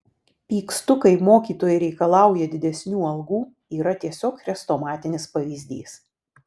pykstu kai mokytojai reikalauja didesnių algų yra tiesiog chrestomatinis pavyzdys